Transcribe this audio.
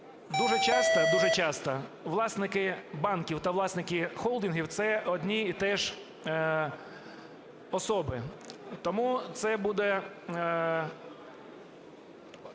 Дуже часто власники банків та власники холдингів – це одні і ті ж особи. Тому це буде